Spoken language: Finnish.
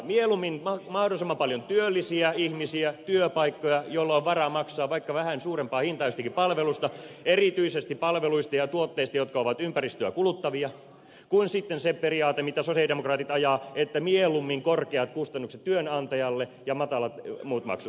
mieluummin mahdollisimman paljon työllisiä ihmisiä työpaikkoja joilla on varaa maksaa vaikka vähän suurempaa hintaa jostakin palvelusta erityisesti palveluista ja tuotteista jotka ovat ympäristöä kuluttavia kuin sitten se periaate mitä sosialidemokraatit ajavat että mieluummin korkeat kustannukset työnantajalle ja matalat muut maksut